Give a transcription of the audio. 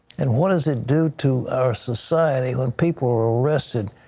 and what does it do to our society when people are arrested